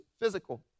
physical